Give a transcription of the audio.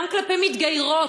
גם כלפי מתגיירות,